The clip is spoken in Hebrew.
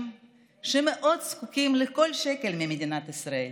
שמאוד זקוקים לכל שקל ממדינת ישראל.